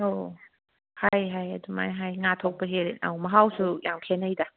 ꯑꯧ ꯍꯥꯏ ꯍꯥꯏꯌꯦ ꯑꯗꯨꯃꯥꯏꯅ ꯍꯥꯏꯌꯦ ꯉꯥ ꯊꯣꯛꯄꯒꯤ ꯃꯍꯥꯎꯁꯨ ꯌꯥꯝ ꯈꯦꯠꯅꯩꯗ